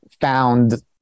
found